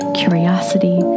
curiosity